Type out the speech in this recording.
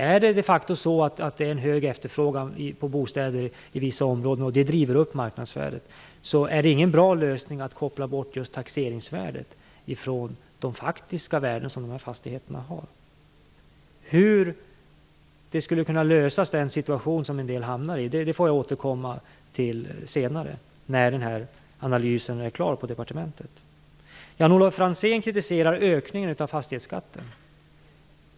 Om det de facto är en hög efterfrågan på bostäder i vissa områden och det driver upp marknadsvärdet, är det ingen bra lösning att koppla bort just taxeringsvärdet från de faktiska värden som dessa fastigheter har. Hur den situation som en del hamnar i skulle kunna lösas får jag återkomma till senare, när analysen på departementet är klar. Jan-Olof Franzén kritiserar höjningen av fastighetsskatten.